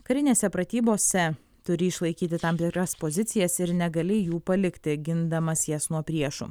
karinėse pratybose turi išlaikyti tam tikras pozicijas ir negali jų palikti gindamas jas nuo priešo